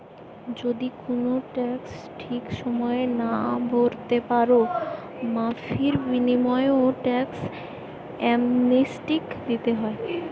যদি কুনো ট্যাক্স ঠিক সময়ে না ভোরতে পারো, মাফীর বিনিময়ও ট্যাক্স অ্যামনেস্টি দিতে হয়